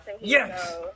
yes